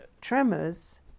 tremors